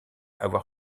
avoir